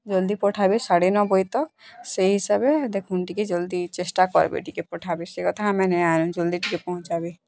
ଜଲ୍ଦି ପଠାବେ ସାଢ଼େ ନଅ ବଜେ ତକ ସେଇ ହିସାବେ ଦେଖନ୍ ଟିକେ ଜଲ୍ଦି ଚେଷ୍ଟା କର୍ବେ ଟିକେ ପଠାବେ ସେ କଥା ଆମେ ନେଇ ଆନୁ ଜଲ୍ଦି ଟିକେ ପହଞ୍ଚାବେ